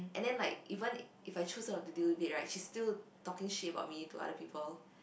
and then like even if I choose not to deal with it right she still talking shit about me to other people